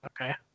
Okay